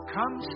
Come